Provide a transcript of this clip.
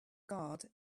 guard